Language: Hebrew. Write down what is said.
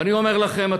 ואני אומר לכם,